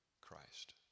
Christ